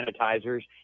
sanitizers